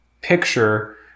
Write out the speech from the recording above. picture